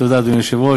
תודה, אדוני היושב-ראש.